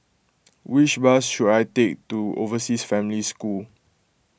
which bus should I take to Overseas Family School